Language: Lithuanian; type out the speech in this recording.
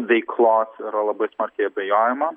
veiklos yra labai smarkiai abejojama